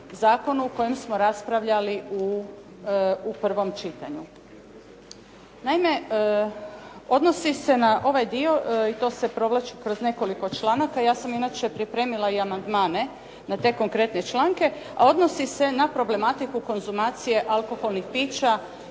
zakonu o kojem smo raspravljali u prvom čitanju. Naime, odnosi se na ovaj dio i to se provlači kroz nekoliko članaka. Ja sam inače pripremila i amandmane na te konkretne članke, a odnosi se na problematiku konzumacije alkoholnih pića